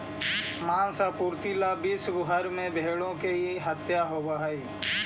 माँस आपूर्ति ला विश्व भर में भेंड़ों की हत्या होवअ हई